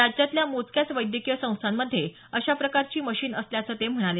राज्यातल्या मोजक्याच वैद्यकीय संस्थांमध्ये अशा प्रकारची मशीन असल्याचं ते म्हणाले